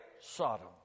Sodom